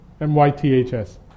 Myths